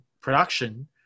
production